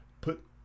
put